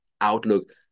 outlook